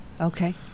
Okay